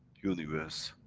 universe